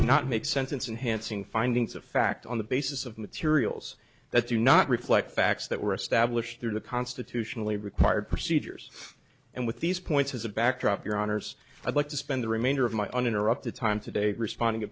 cannot make sentence and hansing findings of fact on the basis of materials that do not reflect facts that were established through the constitutionally required procedures and with these points as a backdrop your honors i'd like to spend the remainder of my uninterrupted time today responding a